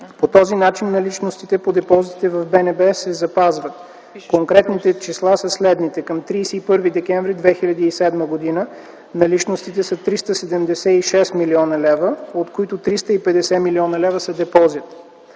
По този начин наличностите по депозитите в БНБ се запазват. Конкретните числа са следните: към 31 декември 2007 г. наличностите са 376 млн. лв., от които 350 млн. лв. са депозит.